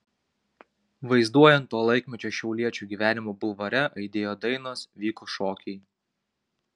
vaizduojant to laikmečio šiauliečių gyvenimą bulvare aidėjo dainos vyko šokiai